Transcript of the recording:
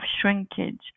shrinkage